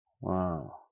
Wow